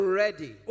ready